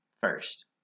first